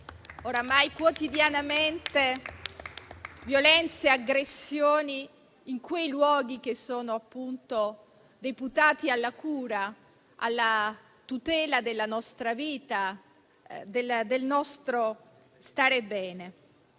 oramai quotidianamente violenze e aggressioni in quei luoghi che sono deputati alla cura, alla tutela della nostra vita, del nostro stare bene.